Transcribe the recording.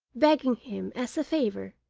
begging him, as a favour,